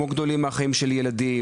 'גדולים מהחיים׳ של הילדים,